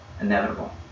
inevitable